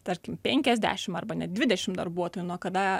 tarkim penkiasdešimt arba net dvidešimt darbuotojų nuo kada